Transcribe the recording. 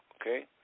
okay